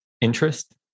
interest